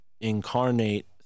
incarnate